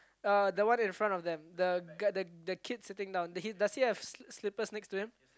uh the one in front on them the guy the the kid sitting down he he does he have s~ slippers next to him